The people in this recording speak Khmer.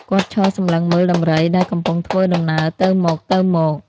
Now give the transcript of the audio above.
គាត់ឈរសម្លឹងមើលដំរីដែលកំពុងធ្វើដំណើរទៅមកៗ ។